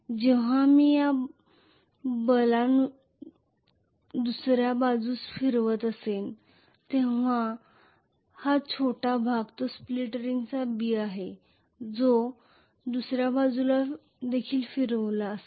जेव्हा मी या B ला दुसऱ्या बाजूस फिरवत असेन तेव्हा हा छोटा भाग जो स्प्लिट रिंगचा B आहे तो दुसऱ्या बाजूला देखील फिरला असता